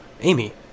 Amy